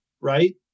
right